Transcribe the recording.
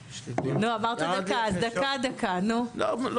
נו, אמרת "דקה", אז דקה, נו.